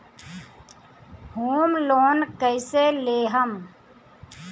Home loan कैसे लेहम?